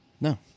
No